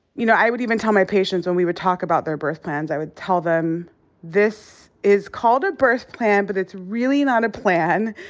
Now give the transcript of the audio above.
you know, i would even tell my patients when we would talk about their birth plans, i would tell them this is called a birth plan but it's really not a plan.